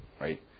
right